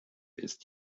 ist